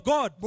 God